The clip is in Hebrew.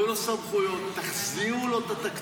תנו לו סמכויות, תחזירו לו את התקציב.